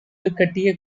கட்டிய